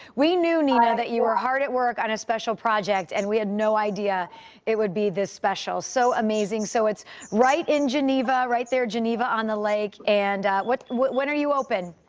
we knew knew you know that you are hard at work on a special project and we had no idea it would be this special so amazing so it's right in geneva, right there geneva on the lake and what what what are you open.